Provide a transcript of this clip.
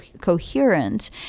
coherent